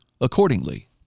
accordingly